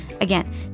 Again